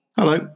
Hello